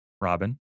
Robin